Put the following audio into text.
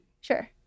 Sure